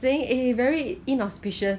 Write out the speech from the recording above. so so what kind of cake do you like